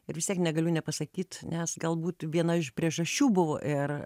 ir vis tiek negaliu nepasakyt nes galbūt viena iš priežasčių buvo ir